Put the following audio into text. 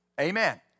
Amen